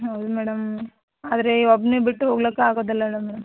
ಹೌದು ಮೇಡಮ್ ಆದರೆ ಒಬ್ಬನೆ ಬಿಟ್ಟು ಹೋಗ್ಲಕ್ಕಾಗೋದಿಲ್ಲಲ ಮೇಡಮ್